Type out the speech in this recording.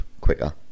quicker